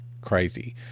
crazy